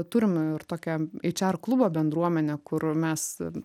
turim ir tokią hr klubo bendruomenę kur mes